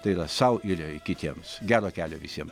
tai yra sau ir kitiems gero kelio visiem